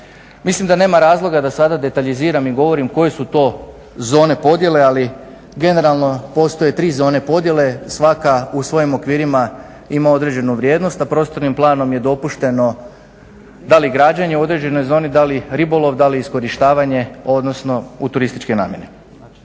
Mislim da nema razloga da sada detaljiziram i govorim koje su to zone podjele ali generalno postoje tri zone podjele, svaka u svojim okvirima ima određenu vrijednost, a prostornim planom je dopušteno da li građenje u određenoj zoni, da li ribolov, da li iskorištavanje odnosno u turističke namjene.